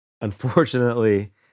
unfortunately